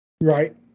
Right